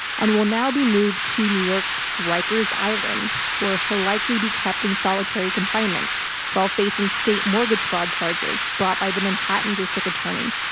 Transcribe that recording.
and will now be moved to new york's riker's island, where he'll likely be kept in solitary confinement while facing state mortgage fraud charges brought by the manhattan district attorney.